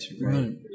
right